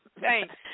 Thanks